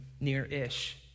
near-ish